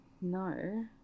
No